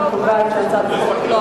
אני קובעת שהצעת חוק הגנת הצרכן (תיקון,